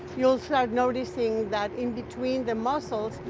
you will so noticing that inbetween the mussels,